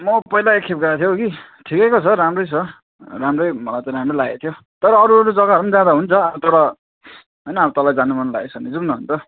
म पहिला एक खेप गएको थियो कि ठिकैको छ राम्रै छ राम्रै मलाई त राम्रै लागेको थियो तर अरू अरू जग्गाहरू पनि हुन्छ तर होइन तँलाई जानु मन लागेको छ भने जाउँ न अन्त